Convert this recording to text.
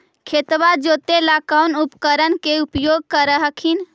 खेतबा जोते ला कौन उपकरण के उपयोग कर हखिन?